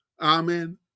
amen